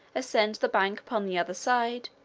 ascend the bank upon the other side,